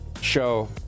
show